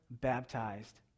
baptized